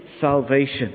salvation